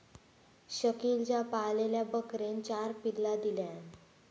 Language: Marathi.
शकिलच्या पाळलेल्या बकरेन चार पिल्ला दिल्यान